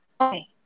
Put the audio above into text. okay